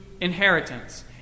inheritance